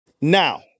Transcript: now